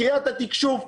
קריית התקשוב.